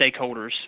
stakeholders